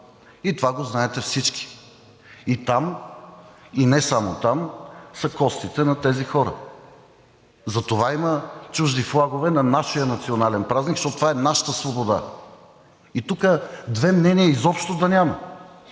И това го знаете всички! Там, и не само там, са костите на тези хора. Затова има чужди флагове на нашия национален празник, защото това е нашата свобода! И тук две мнения изобщо да няма!